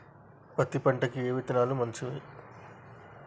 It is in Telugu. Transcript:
పత్తి పంటకి ఏ విత్తనాలు మంచివి?